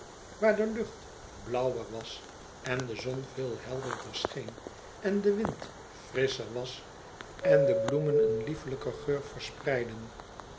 waar de lucht blauwer was en de zon veel helderder scheen en de wind frisscher was en de bloemen een liefelijker geur verspreidden